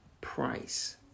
price